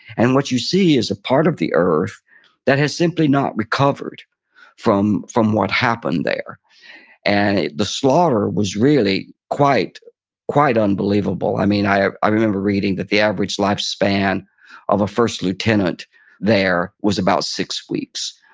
and what you see is a part of the earth that has simply not recovered from from what happened there and the slaughter was really quite quite unbelievable. i i ah i remember reading that the average lifespan of a first lieutenant there was about six weeks.